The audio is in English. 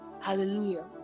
Hallelujah